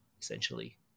essentially